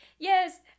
Yes